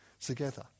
together